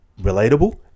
Relatable